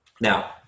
Now